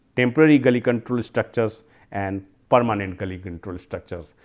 temporary gully control structures and permanent gully control structures.